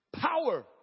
Power